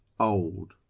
Old